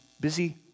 busy